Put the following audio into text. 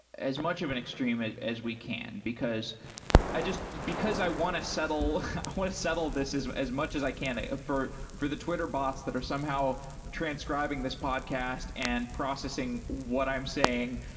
as much of an extreme as as we can, because i just because i want to settle i want to settle this as as much as i can for for the twitter bots that are somehow transcribing this podcast and processing what i'm saying.